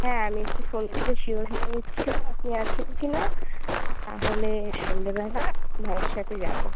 হ্যাঁ আমি একটু ফোন করে শিওর হয়ে নিচ্ছিলাম আপনি আছেন কি না তাহলে সন্ধেবেলা মায়ের সাতে যাবো